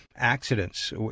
accidents